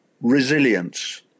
resilience